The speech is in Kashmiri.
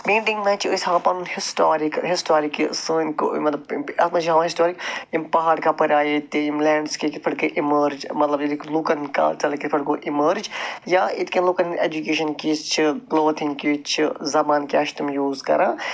پینِٹِنٛگ منٛز چھِ أسۍ ہاوان أسۍ پَنُن ہِسٹٲرِکَل ہِسٹارِک یہِ سٲنۍ مطلب اَتھ منٛز چھِ ہاوان ہِسٹارِک یِم پَہاڑ کَپٲرۍ آیہِ ییٚتہِ یم لینٛڈسِکیپ کِتھٕ پٲٹھۍ گٔے اِمٲرٕج مطلب ییٚتِکۍ لُکَن کلچر کِتھٕ پٲٹھۍ گوٚو اِمٲرٕج یا یِتھٕ کٔنۍ لُکن ہُنٛد ایجُوکیشَن کِژھ چھِ برٛونٛٹھِم کِژھ چھِ زَبان کیٛاہ چھِ تِم یوٗز کَران